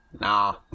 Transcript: nah